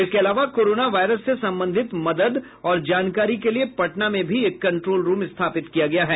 इसके अलावा corona virus से संबंधित मदद और जानकारी के लिए पटना में भी एक कंट्रोल रूम स्थापित किया गया है